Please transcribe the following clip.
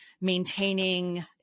maintaining